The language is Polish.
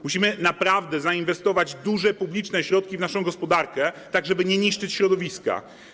Musimy naprawdę zainwestować duże publiczne środki w naszą gospodarkę, tak żeby nie niszczyć środowiska.